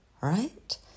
right